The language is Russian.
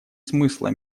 смысла